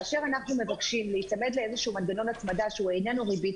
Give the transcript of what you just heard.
כאשר אנחנו מבקשים להיצמד לאיזשהו מנגנון הצמדה שהוא איננו ריבית,